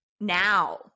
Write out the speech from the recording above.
now